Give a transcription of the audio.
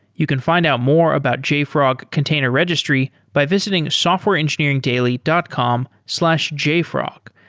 you can find out more about jfrog container registry by visiting softwareengineeringdaily dot com slash jfrog.